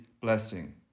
blessing